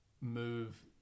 move